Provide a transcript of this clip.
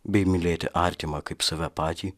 bei mylėti artimą kaip save patį